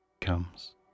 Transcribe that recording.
comes